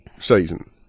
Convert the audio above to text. season